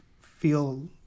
feel